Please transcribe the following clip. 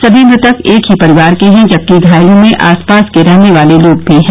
समी मृतक एक ही परिवार के हैं जबकि घायलों में आसपास के रहने वाले लोग भी हैं